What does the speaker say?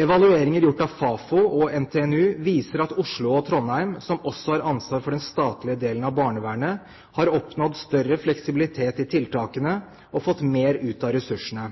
Evalueringer gjort av Fafo og NTNU viser at Oslo og Trondheim, som også har ansvar for den statlige delen av barnevernet, har oppnådd større fleksibilitet i tiltakene og fått mer ut av ressursene.